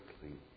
clean